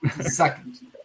Second